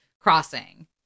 crossing